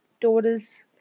daughter's